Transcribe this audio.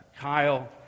Kyle